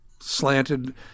slanted